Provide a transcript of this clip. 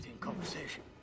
conversation